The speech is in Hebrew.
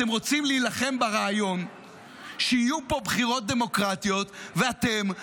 אתם רוצים להילחם ברעיון שיהיו פה בחירות דמוקרטיות ואתם תפסידו.